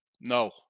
No